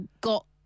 got